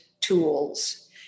tools